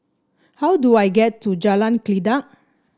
how do I get to Jalan Kledek